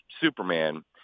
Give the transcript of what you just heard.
Superman